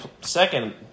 second